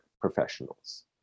professionals